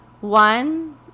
one